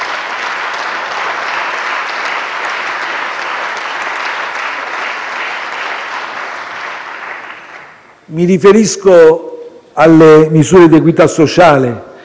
Mi riferisco alle misure di equità sociale,